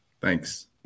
Thanks